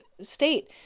state